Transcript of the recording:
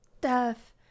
death